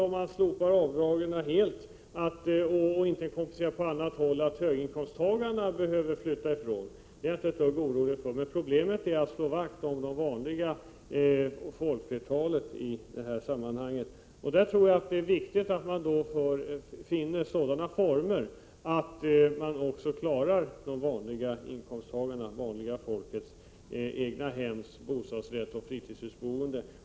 Om man slopar avdragen helt och inte kompenserar på något sätt, är jag inte orolig för att höginkomsttagarna behöver flytta ifrån sina hem. Problemet gäller att slå vakt om det stora folkflertalet. Då tror jag det är viktigt att finna sådana former att vi klarar de vanliga inkomsttagarna när det gäller deras boende i eget hem och fritidshus.